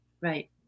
Right